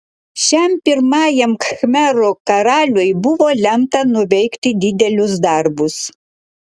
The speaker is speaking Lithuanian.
šiam pirmajam khmerų karaliui buvo lemta nuveikti didelius darbus